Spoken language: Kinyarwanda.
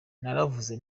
naravuze